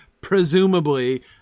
Presumably